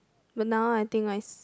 but now I think I s~